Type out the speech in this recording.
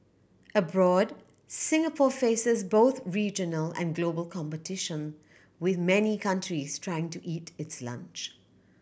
abroad Singapore faces both regional and global competition with many countries trying to eat its lunch